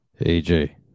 AJ